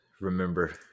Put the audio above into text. remember